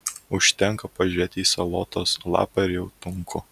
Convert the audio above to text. užtenka pažiūrėti į salotos lapą ir jau tunku